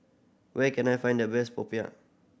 where can I find the best popiah